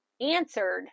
answered